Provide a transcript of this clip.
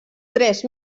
tres